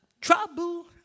trouble